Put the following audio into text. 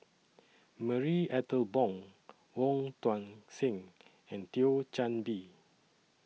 Marie Ethel Bong Wong Tuang Seng and Thio Chan Bee